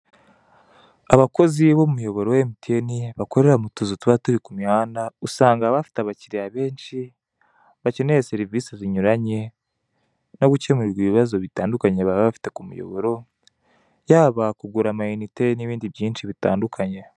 Abakozi b'umuyoboro wa emutiyeni (MTN) bakorera mu tuzu tuba turi ku mihanda, usanga bafite abakiriya benshi bakeneye serivise zinyuranye, no gukemurirwa ibibazo bitandukanye baba bafite ku muyoboro yabo: kugura ama inite n'ibindi byinshi bitandukanye.